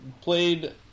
played